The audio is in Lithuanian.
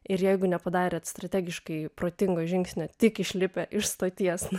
ir jeigu nepadarėt strategiškai protingo žingsnio tik išlipę iš stoties